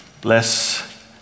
bless